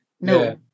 No